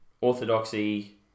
orthodoxy